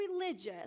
religious